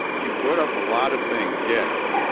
you brought up a lot of things. yes.